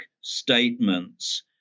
statements